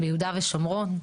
ביהודה ושומרון.